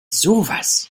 sowas